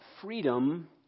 freedom